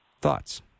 Thoughts